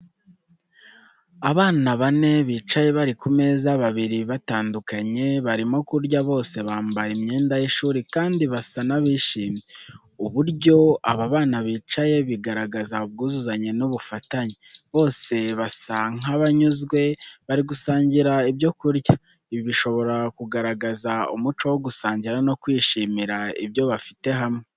Abana bane bicaye bari ku meza babiri batandukanye, barimo kurya bose, bambaye imyenda y’ishuri kandi basa n’abishimye. Uburyo aba bana bicaye bigaragaza ubwuzuzanye n'ubufatanye bose basa nk’abanyuzwe, bari gusangira ibyo kurya. Ibi bishobora kugaragaza umuco wo gusangira no kwishimira ibyo bafite hamwe.